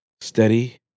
steady